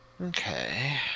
Okay